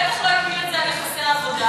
הוא בטח לא הפיל את זה על יחסי עבודה.